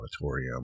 auditorium